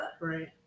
Right